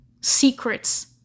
secrets